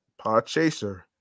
Podchaser